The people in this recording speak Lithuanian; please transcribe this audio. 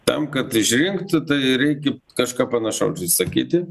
tam kad išrinktų tai reikia kažką panašaus išsakyti